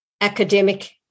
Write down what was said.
academic